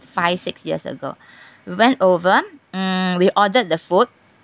five six years ago we went over mm we ordered the food